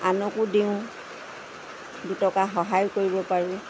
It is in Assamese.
আনকো দিওঁ দুটকা সহায় কৰিব পাৰোঁ